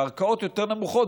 בערכאות יותר נמוכות,